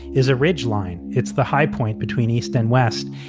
is a ridgeline. it's the high point between east and west.